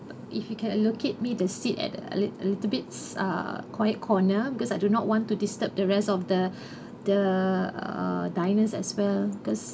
if you can allocate me the seat at a lit~ little bits uh quiet corner because I do not want to disturb the rest of the the uh diners as well because